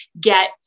get